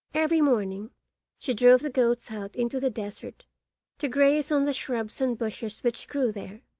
every morning she drove the goats out into the desert to graze on the shrubs and bushes which grew there,